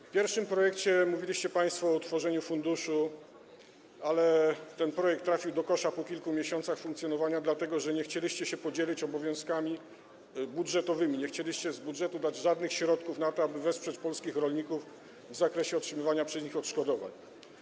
W pierwszym projekcie mówiliście państwo o utworzeniu funduszu, ale ten projekt trafił do kosza po kilku miesiącach funkcjonowania, dlatego że nie chcieliście się podzielić obowiązkami budżetowymi, nie chcieliście z budżetu dać żadnych środków na to, aby wesprzeć polskich rolników, chodzi o otrzymywanie przez nich odszkodowań.